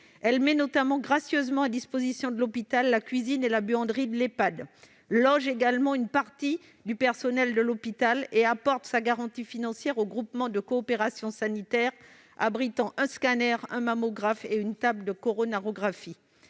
Elle met notamment gracieusement à disposition de l'hôpital la cuisine et la buanderie de l'Ehpad. Elle loge une partie du personnel de l'hôpital et apporte sa garantie financière au groupement de coopération sanitaire abritant un scanner, un mammographe et une table de coronarographie.